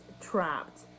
trapped